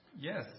Yes